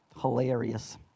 Hilarious